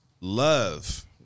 love